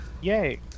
Yay